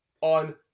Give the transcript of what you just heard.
on